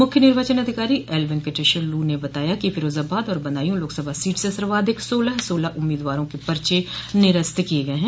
मुख्य निर्वाचन अधिकारी एल वेंकटेशर लू ने बताया कि फिरोजाबाद और बदायूं लोकसभा सीट से सर्वाधिक सोलह सोलह उम्मीदवारों के पर्चे निरस्त किये गये है